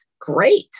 great